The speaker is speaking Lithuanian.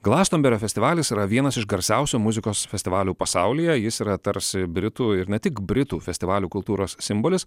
glastonberio festivalis yra vienas iš garsiausių muzikos festivalių pasaulyje jis yra tarsi britų ir ne tik britų festivalių kultūros simbolis